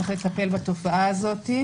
צריך לטפל בתופעה הזאת,